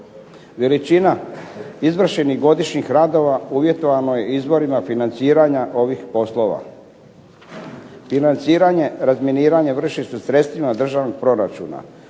Veličina izvršenih godišnjih radova uvjetovano je izvorima financiranja ovih poslova. Financiranje razminiranja vrše se sredstvima državnog proračuna,